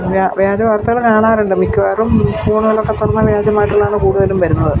വ്യാജ വാർത്തകൾ കാണാറുണ്ട് മിക്കവാറും ഫോണുകളൊക്കെ തുറന്നാൽ വ്യാജമായിട്ടുള്ളതാണ് കൂടുതലും വരുന്നത്